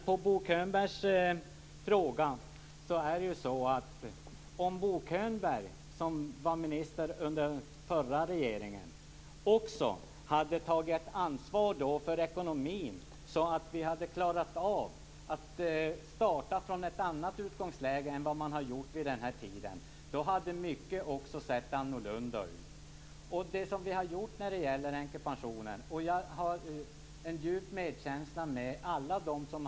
På Bo Könbergs fråga vill jag svara att om Bo Könberg, som var minister under förra regeringen, hade tagit ansvar för ekonomin då, så att vi hade klarat av att starta från ett annat utgångsläge än vi gjorde vid den här tiden, hade mycket också sett annorlunda ut. Det som vi har gjort när det gäller änkepensionen har varit nödvändigt av den anledningen att vi skulle sanera ekonomin.